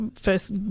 first